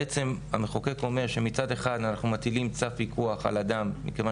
בעצם המחוקק אומר שמצד אחד אנחנו מטילים צו פיקוח על אדם מכיוון